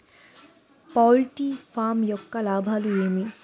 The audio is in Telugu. పౌల్ట్రీ ఫామ్ యొక్క లాభాలు ఏమి